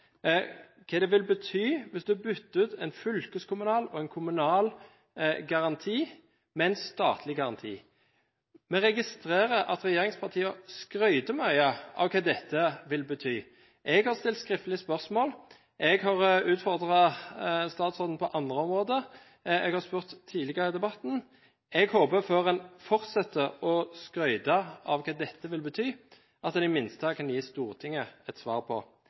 hva det vil bety hvis en bytter ut en fylkeskommunal og kommunal garanti med en statlig garanti. Vi registrerer at regjeringspartiene skryter mye av hva dette vil bety. Jeg har stilt skriftlig spørsmål, jeg har utfordret statsråden på andre områder, og jeg har spurt tidligere i debatten. Før man fortsetter å skryte av hva dette vil bety, håper jeg at man i det minste kan gi Stortinget et svar på